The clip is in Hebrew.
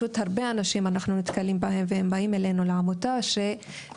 אנחנו נתקלים בהרבה אנשים שבאים אלינו לעמותה שהם